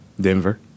Denver